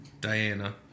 Diana